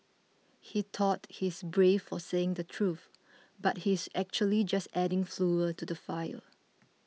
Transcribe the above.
he thought he's brave for saying the truth but he's actually just adding fuel to the fire